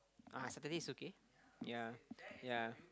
ah Saturday is okay ya ya